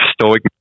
stoic